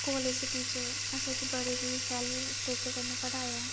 college दे teacher असेंगी बड़े गै शैल तरीकै कन्नै पढ़ाया